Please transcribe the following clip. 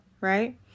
right